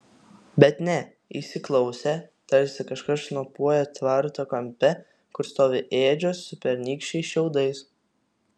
bet ne įsiklausė tarsi kažkas šnopuoja tvarto kampe kur stovi ėdžios su pernykščiais šiaudais